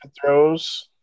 throws